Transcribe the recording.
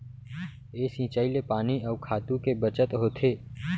ए सिंचई ले पानी अउ खातू के बचत होथे